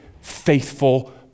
faithful